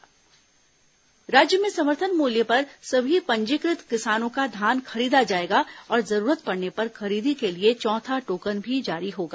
मंत्रिमंडलीय उपसमिति बैठक राज्य में समर्थन मूल्य पर सभी पंजीकृत किसानों का धान खरीदा जाएगा और जरूरत पड़ने पर खरीदी के लिए चौथा टोकन भी जारी होगा